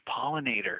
pollinator